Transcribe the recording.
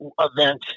event